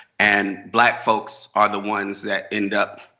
and black folks are the ones that end up